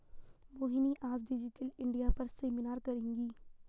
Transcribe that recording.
मोहिनी आज digital India पर seminar करेगी